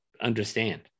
understand